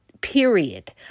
period